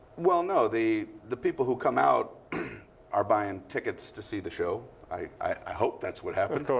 well no. the the people who come out are buying tickets to see the show. i hope that's what happened.